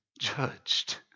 judged